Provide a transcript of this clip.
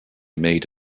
made